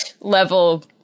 level